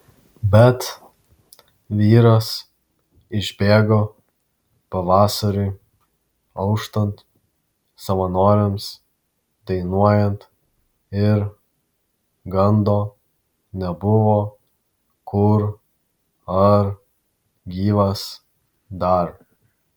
bet vyras išbėgo pavasariui auštant savanoriams dainuojant ir gando nebuvo kur ar gyvas dar